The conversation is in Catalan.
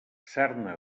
sarna